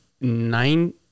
nine